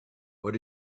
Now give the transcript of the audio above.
what